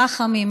רחמים,